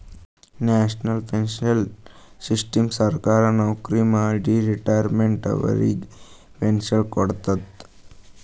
national pension system ಸರ್ಕಾರಿ ನವಕ್ರಿ ಮಾಡಿ ರಿಟೈರ್ಮೆಂಟ್ ಆದವರಿಗ್ ಪೆನ್ಶನ್ ಕೊಡ್ತದ್